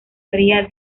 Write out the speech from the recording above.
ría